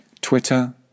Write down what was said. Twitter